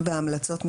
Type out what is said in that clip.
וההמלצות מתפרסמות?